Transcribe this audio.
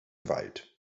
wald